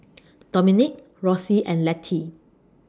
Dominic Rossie and Letty